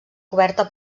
coberta